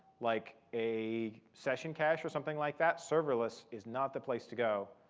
like a session cache, or something like that, serverless is not the place to go.